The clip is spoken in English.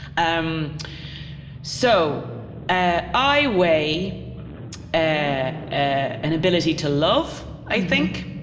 um so ah i weigh an ah an ability to love, i think.